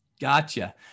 Gotcha